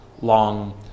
long